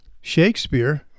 Shakespeare